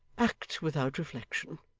act without reflection,